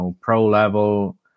pro-level